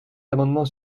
amendement